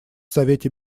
совете